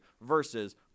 versus